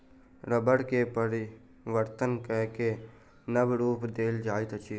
रबड़ के परिवर्तन कय के नब रूप देल जाइत अछि